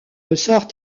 ressort